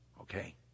Okay